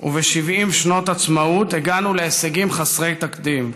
וב-70 שנות עצמאות הגענו להישגים חסרי תקדים,